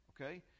Okay